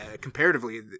comparatively